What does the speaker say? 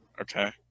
Okay